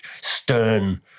stern